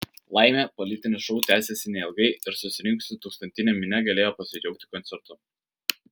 laimė politinis šou tęsėsi neilgai ir susirinkusi tūkstantinė minia galėjo pasidžiaugti koncertu